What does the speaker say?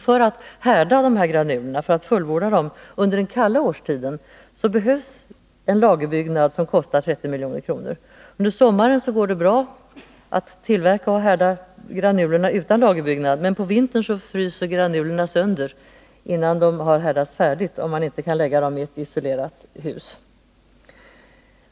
För att härda dessa granuler under den kalla årstiden behövs en lagerbyggnad som kostar 30 milj.kr. Under sommaren går det bra att tillverka och härda granulerna utan lagerbyggnad, men på vintern fryser granulerna sönder innan de härdats färdigt, om man inte kan lägga dem i ett isolerat hus.